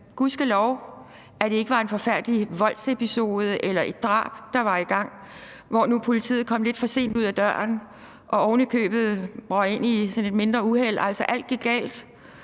gudskelov var det ikke en forfærdelig voldsepisode eller et drab, der var i gang, når politiet nu kom lidt for sent ud ad døren og ovenikøbet røg ind i sådan et mindre uheld. Altså, alt